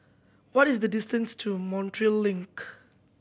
what is the distance to Montreal Link